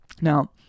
Now